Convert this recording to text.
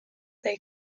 they